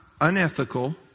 unethical